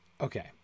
Okay